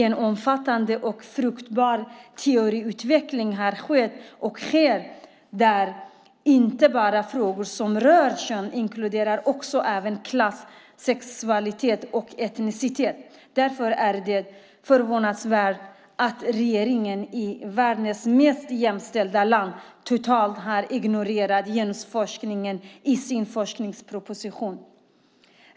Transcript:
En omfattande och fruktbar teoriutveckling har skett och sker där inte bara frågor som rör kön inkluderas utan även klass, sexualitet och etnicitet. Därför är det förvånansvärt att regeringen i världens mest jämställda land har ignorerat genusforskningen totalt i sin forskningsproposition.